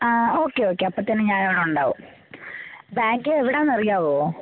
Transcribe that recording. ആ okay okay അപ്പത്തേനും ഞാൻ അവിടെ ഉണ്ടാകും ബാങ്ക് എവിടെ ആണെന്ന് അറിയാമോ